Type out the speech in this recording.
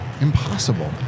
impossible